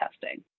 testing